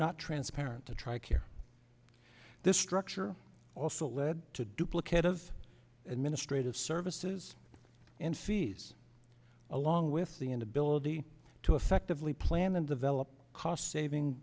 not transparent to try care this structure also lead to duplicate of administrative services and fees along with the inability to effectively plan and develop cost saving